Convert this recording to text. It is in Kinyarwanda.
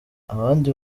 abandi